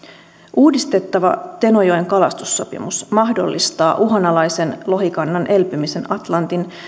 uudistettava tenojoen kalastussopimus mahdollistaa uhanalaisen lohikannan elpymisen atlantin